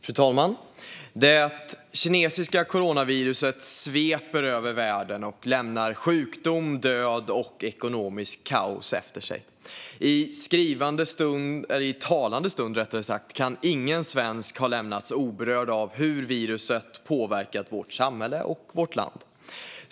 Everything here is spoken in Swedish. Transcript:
Fru talman! Det kinesiska coronaviruset sveper över världen och lämnar sjukdom, död och ekonomiskt kaos efter sig. I skrivande, eller rättare sagt i talande, stund kan ingen svensk ha lämnats oberörd av hur viruset har påverkat vårt samhälle och vårt land.